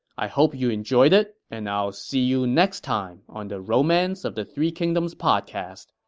i hope you enjoyed it, and i'll see you next time on the romance of the three kingdoms podcast.